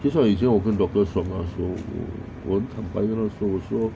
其实我以前我跟 doctor 说我很坦白跟他说我说